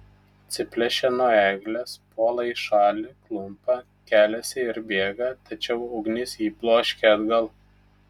atsiplėšia nuo eglės puola į šalį klumpa keliasi ir bėga tačiau ugnis jį bloškia atgal